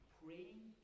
praying